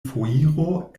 foiro